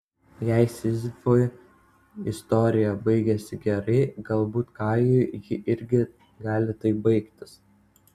jei sizifui istorija baigėsi gerai galbūt kajui ji irgi gali taip baigtis